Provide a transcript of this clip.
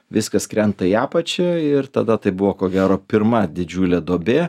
viskas krenta į apačią ir tada tai buvo ko gero pirma didžiulė duobė